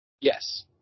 Yes